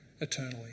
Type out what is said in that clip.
eternally